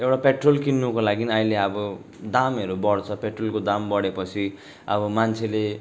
एउटा पेट्रोल किन्नुको लागि अहिले अब दामहरू बढ्छ पेट्रोलको दाम बढे पछि अब मान्छेले